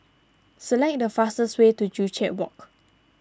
select the fastest way to Joo Chiat Walk